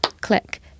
Click